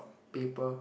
paper